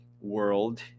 world